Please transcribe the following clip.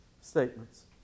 statements